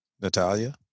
Natalia